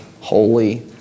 holy